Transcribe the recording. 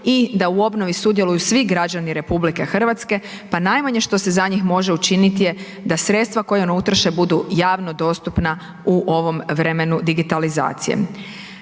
i da u obnovi sudjeluju svi građani RH pa najmanje što se za njih može učiniti je da sredstva koja oni utroše budu javno dostupna u ovom vremenu digitalizacije.